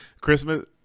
Christmas